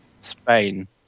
Spain